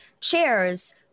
chairs